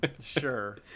Sure